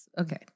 okay